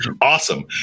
Awesome